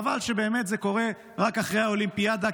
חבל שזה קורה רק אחרי האולימפיאדה,